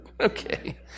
okay